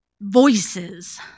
voices